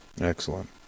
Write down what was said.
Excellent